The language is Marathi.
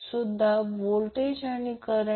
आणि हे सर्किट आहे हे व्होल्टेज 50 अँगल 45° आहे